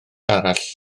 arall